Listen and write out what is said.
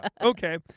okay